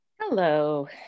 Hello